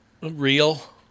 Real